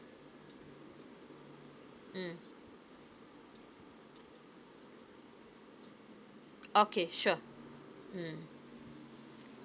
mm okay sure mm